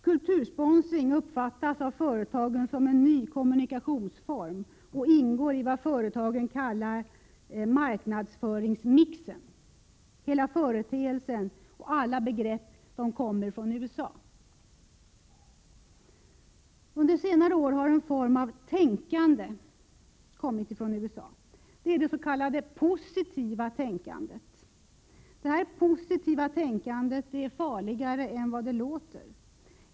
Kultursponsring uppfattas av företagen som en ny kommunikationsform och ingår i vad företagen kallar ”marknadsföringsmixen”. Hela företeelsen och alla begrepp kommer från USA. Under senare år har en form av ”tänkande” kommit från USA. Det är det s.k. positiva tänkandet. Detta positiva tänkande är farligare än vad det låter.